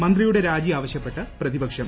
മന്ത്രിയുടെ രാജി ആവശ്യപ്പെട്ട് പ്രതിപക്ഷം